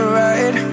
right